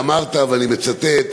ואמרת, ואני מצטט: